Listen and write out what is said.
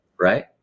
right